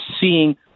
seeing